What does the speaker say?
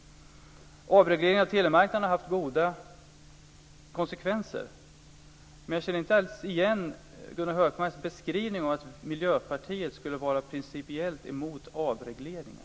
Avregleringen av telemarknaden har haft goda konsekvenser. Men jag känner inte alls igen Gunnar Hökmarks beskrivning att Miljöpartiet principiellt skulle vara emot avregleringar.